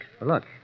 Look